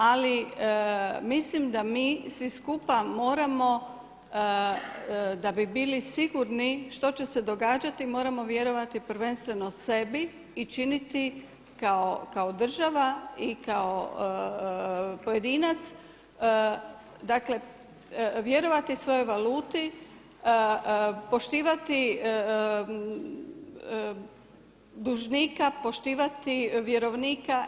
Ali mislim da mi svi skupa moramo da bi bili sigurni što će se događati moramo vjerovati prvenstveno sebi i činiti kao država i kao pojedinac dakle vjerovati svojoj valuti, poštivati dužnika, poštivati vjerovnika.